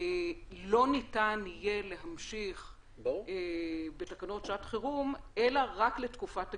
לא ניתן יהיה להמשיך בתקנות שעת חירום אלא רק לתקופת הגישור.